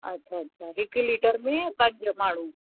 अच्छा अच्छा हिकु लीटर में पंज माण्हू